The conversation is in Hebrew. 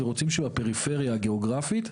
ורוצים שבפריפריה הגיאוגרפית,